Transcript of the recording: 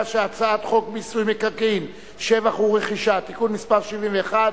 חוק מיסוי מקרקעין (תיקוני חקיקה) (הוראות שעה),